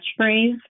catchphrase